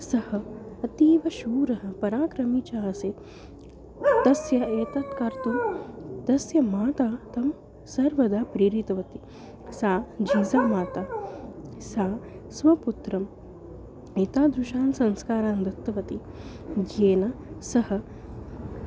सः अतीवशूरः पराक्रमी च आसीत् तस्य एतत् कर्तुं तस्य माता तं सर्वदा प्रेरीतवती सा जीज़ा माता सा स्वपुत्रम् एतादृशान् संस्कारान् दत्तवती येन सः